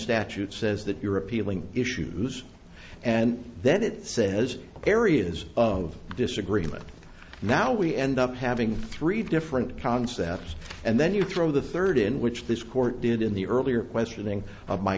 statute says that you're appealing issues and then it says areas of disagreement now we end up having three different concepts and then you throw the third in which this court did in the earlier questioning of my